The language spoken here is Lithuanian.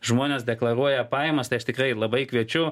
žmonės deklaruoja pajamas tai aš tikrai labai kviečiu